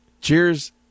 cheers